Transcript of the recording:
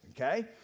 Okay